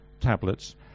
tablets